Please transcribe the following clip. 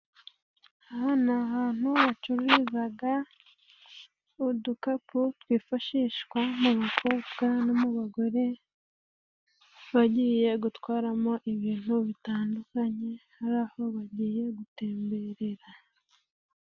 Aha ni ahantu bacururizaga udukapu twifashishwa mu bakobwa no mu bagore, bagiye gutwaramo ibintu bitandukanye, hari aho bagiye gutemberera.